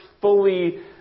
fully